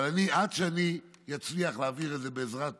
אבל עד שאני אצליח להעביר את זה בעזרת